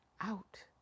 Out